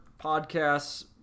podcasts